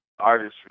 artistry